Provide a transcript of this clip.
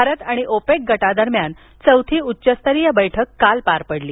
भारत आणि ओपेक गटादरम्यान काल चौथी उच्चस्तरीय बैठक काल झाली